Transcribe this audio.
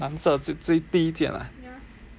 蓝色最最第一件啊